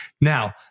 Now